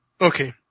Okay